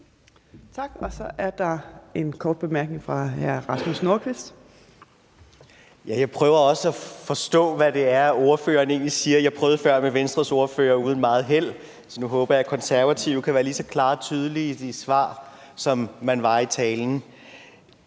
Jeg prøver også at forstå, hvad det er, ordføreren egentlig siger. Jeg prøvede før med Venstres ordfører, men uden meget held, så nu håber jeg, at De Konservative kan være lige så tydelige og klare i svaret, som man var i talen: